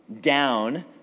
down